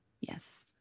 Yes